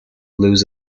lose